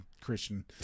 Christian